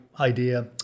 idea